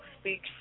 speak